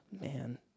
man